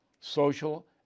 social